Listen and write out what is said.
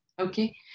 okay